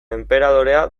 enperadorea